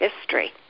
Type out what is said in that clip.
history